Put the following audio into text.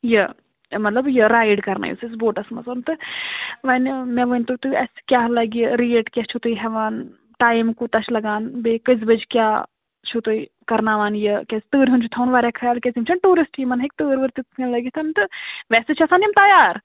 یہِ مطلب یہِ رایِڈ کَرنٲیو سہ اَسہِ بوٹَس منٛز تہٕ وۄنۍ مےٚ ؤنۍ تو تُہۍ اَسہِ کیٛاہ لَگہِ ریٹ کیٛاہ چھُو تُہۍ ہیوان ٹایِم کوٗتاہ چھِ لَگان بیٚیہِ کٔژِ بَجہِ کیٛاہ چھُو تُہۍ کَرناوان یہِ کیٛازِ تۭرِ ہُنٛد چھُ تھاوُن واریاہ خیال کیٛازِ یِم چھنہٕ ٹوٗرِسٹ یِمَن ہیٚکہِ تۭر وۭر تِتھ کٔنۍ لگِتھ تہٕ ویسے چھِ آسان یِم تیار